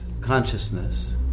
consciousness